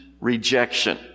rejection